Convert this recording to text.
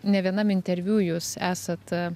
ne vienam interviu jūs esat